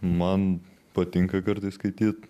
man patinka kartais skaityt